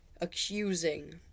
accusing